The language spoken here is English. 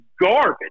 garbage